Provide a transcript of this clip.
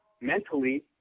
mentally